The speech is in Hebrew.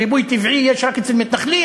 ריבוי טבעי יש רק אצל מתנחלים?